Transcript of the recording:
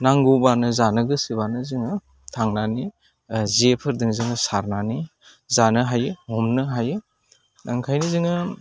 नांगौबानो जानो गोसोबानो जोङो थांनानै जेफोरजों जोङो सारनानै जानो हायो हमनो हायो ओंखायनो जोङो